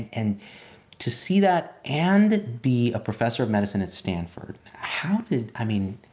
and to see that and be a professor of medicine at stanford, how did, i mean,